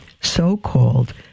so-called